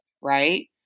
right